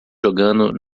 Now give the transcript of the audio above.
jogando